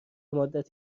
مدت